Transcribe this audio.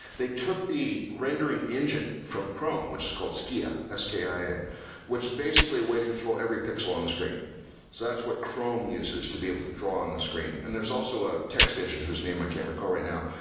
they took the rendering engine from chrome, which is called skia, s k i which is basically a way to control every pixel on the screen. so that's what chrome uses to be able to draw on the screen, and there's also a text engine, whose name i can't recall right now.